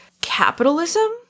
capitalism